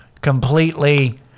completely